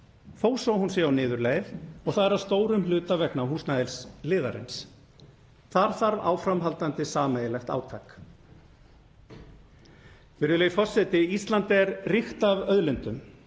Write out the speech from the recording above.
þó svo að hún sé á niðurleið. Það er að stórum hluta vegna húsnæðisliðarins. Þar þarf áframhaldandi sameiginlegt átak. Virðulegur forseti. Ísland er ríkt af auðlindum.